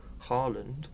Haaland